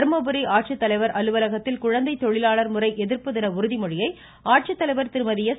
தர்மபுரி ஆட்சித்தலைவர் அலுவலகத்தில் குழந்தை தொழிலாளர் முறை எதிர்ப்பு தின உறுதிமொழியை ஆட்சித்தலைவர் திருமதி எஸ்